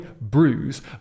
bruise